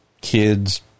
kids